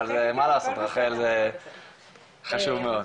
זה חשוב מאוד.